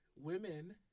women